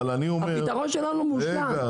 אבל אני אומר --- הפתרון שלנו מושלם.